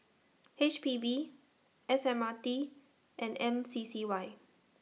H P B S M R T and M C C Y